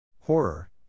Horror